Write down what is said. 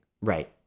Right